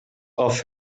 off